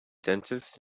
dentist